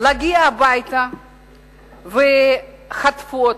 להגיע הביתה וחטפו אותו,